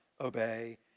obey